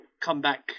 comeback